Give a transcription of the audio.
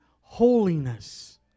holiness